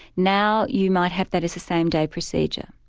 now you might have that as a same-day procedure.